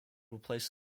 replaces